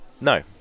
no